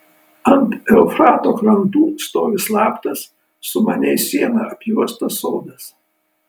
ant eufrato krantų stovi slaptas sumaniai siena apjuostas sodas